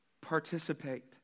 participate